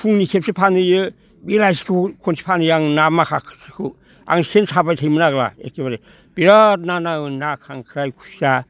फुंनि खेबसे फानहैयो बेलासिखौ खेनसे फानहैयो आं ना माखासेखौ आं सेन साबाय थायोमोन आग्ला एखेबारे बिराद ना नाङोमोन ना खांख्राय खुसिया